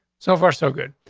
so far, so good.